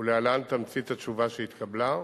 ולהלן תמצית התשובה שהתקבלה: